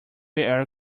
air